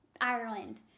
Ireland